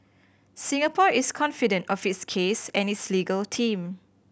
Singapore is confident of its case and its legal team